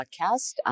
Podcast